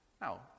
Now